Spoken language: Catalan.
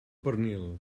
pernil